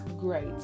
great